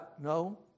No